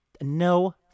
No